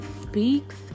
speaks